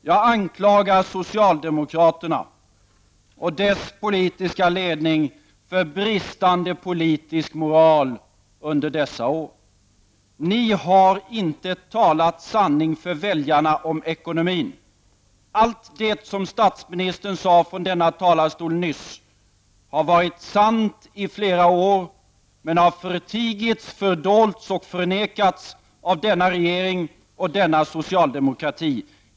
Jag anklagar socialdemokraterna och dess politiska ledning för bristande politisk moral under dessa år! Ni har inte talat sanning för väljarna i fråga om ekonomin. Allt det som statsministern sade från denna talarstol nyss har varit sant i flera år, men har förtigits, fördolts och förnekats av denna regering och denna socialdemokrati.